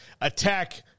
attack